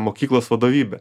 mokyklos vadovybė